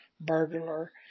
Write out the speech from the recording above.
burglar